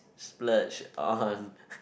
splurge on